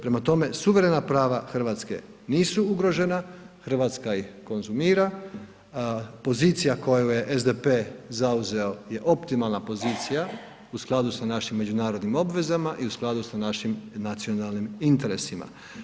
Prema tome, suverena prava Hrvatske nisu ugrožena, Hrvatska ih konzumira, pozicija koju je SDP zauzeo je optimalna pozicija u skladu sa našim međunarodnim obvezama i u skladu sa našim nacionalnim interesima.